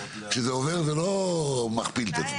כשזה עובר זה לא מכפיל את עצמו.